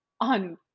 on